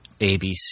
ABC